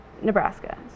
Nebraska